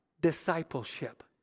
discipleship